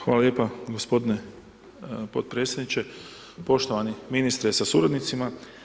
Hvala lijepa gospodine podpredsjedniče, poštovani ministre sa suradnicima.